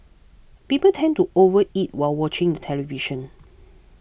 people tend to overeat while watching the television